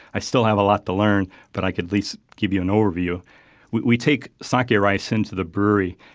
i still have a lot to learn, but i can at least give you an overview we we take sake yeah rice into the brewery.